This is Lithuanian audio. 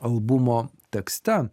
albumo tekste